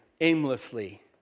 aimlessly